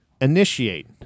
initiate